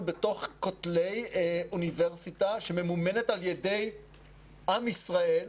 בתוך כותלי אוניברסיטה שממומנת על ידי עם ישראל,